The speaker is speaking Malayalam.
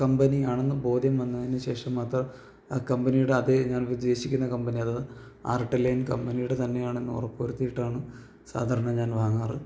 കമ്പനി ആണെന്ന് ബോധ്യം വന്നതിന് ശേഷം മാത്രം ആ കമ്പനിയുടെ അതേ ഞാൻ ഉദ്ദേശിക്കുന്ന കമ്പനി അത് ആർട്ട് ലൈൻ കമ്പനിയുടെ തന്നെ ആണെന്ന് ഉറപ്പ് വരുത്തിയിട്ടാണ് സാധാരണ ഞാൻ വാങ്ങാറ്